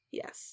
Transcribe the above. yes